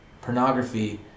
Pornography